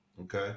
Okay